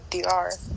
DR